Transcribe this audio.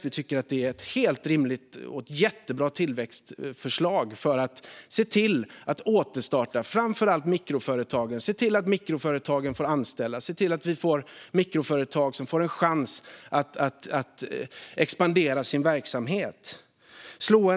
Vi tycker att det är ett helt rimligt och jättebra tillväxtförslag för att se till att återstarta framför allt mikroföretagen, för att se till att mikroföretagen får anställa och för att se till att vi får mikroföretag som får en chans att expandera sin verksamhet.